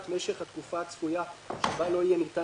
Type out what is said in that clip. את משך התקופה הצפויה שבה לא יהיה ניתן